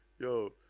Yo